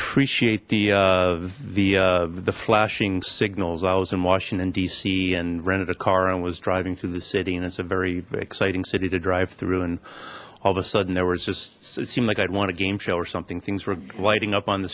e the the the flashing signals i was in washington dc and rented a car and was driving through the city and it's a very exciting city to drive through and all of a sudden there was just it seemed like i'd want a game show or something things were lighting up on the